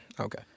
Okay